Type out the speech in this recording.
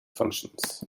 functions